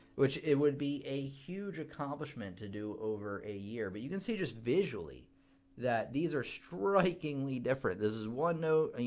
which it would be a huge accomplishment to do over a year, but you can see just visually that these are strikingly different. this is one note, you